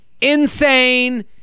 Insane